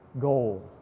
goal